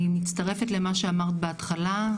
אני מצטרפת למה שאמרת בהתחלה,